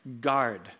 guard